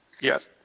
yes